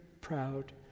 proud